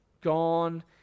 gone